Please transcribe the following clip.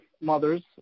mothers